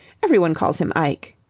everyone calls him ike.